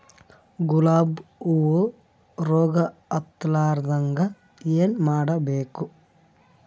ಗುಲಾಬ್ ಹೂವು ರೋಗ ಹತ್ತಲಾರದಂಗ ಏನು ಮಾಡಬೇಕು?